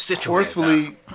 Forcefully